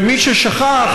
ולמי ששכח,